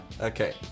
Okay